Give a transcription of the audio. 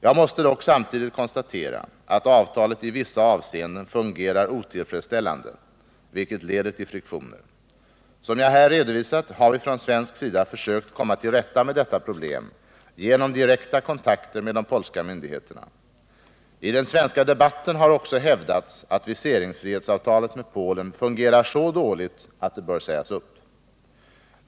Jag måste dock samtidigt konstatera att avtalet i vissa avseenden fungerar otillfredsställande, vilket leder till friktioner. Som jag här redovisat har vi från svensk sida försökt komma till rätta med detta problem genom direkta kontakter med de polska myndigheterna. I den svenska debatten har också hävdats att viseringsfrihetsavtalet med Polen fungerar så dåligt att det bör sägas upp.